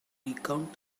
recount